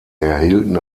erhielten